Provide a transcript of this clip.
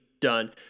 done